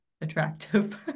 attractive